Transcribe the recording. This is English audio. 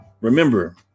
Remember